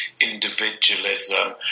individualism